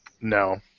No